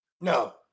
No